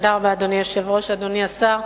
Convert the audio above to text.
אדוני היושב-ראש, תודה רבה, אדוני השר,